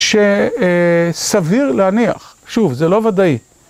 שסביר להניח, שוב, זה לא ודאי.